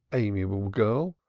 amiable girl,